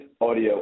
audio